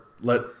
let